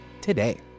today